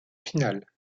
finale